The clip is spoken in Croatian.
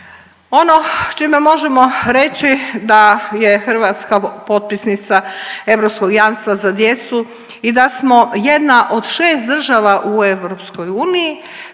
Ono čime možemo reći da je Hrvatska potpisnica Europskog jamstva za djecu i da smo jedna od šest država u EU koja je